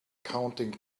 counting